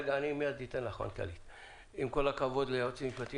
אני רוצה להודות גם לצוות הוועדה